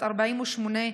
בת 48,